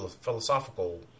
philosophical